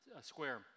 Square